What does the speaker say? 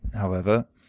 however,